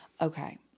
Okay